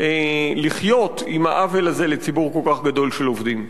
לחיות עם העוול הזה לציבור כל כך גדול של עובדים.